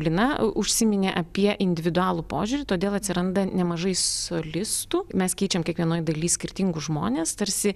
lina užsiminė apie individualų požiūrį todėl atsiranda nemažai solistų mes keičiam kiekvienoj daly skirtingus žmones tarsi